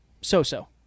so-so